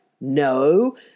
No